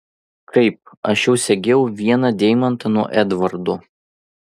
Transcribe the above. kaip aš jau segėjau vieną deimantą nuo edvardo